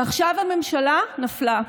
ועכשיו הממשלה נפלה.